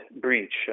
breach